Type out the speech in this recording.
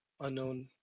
unknown